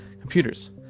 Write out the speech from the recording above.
computers